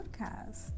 podcast